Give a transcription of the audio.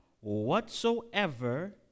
whatsoever